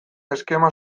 eskema